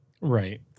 Right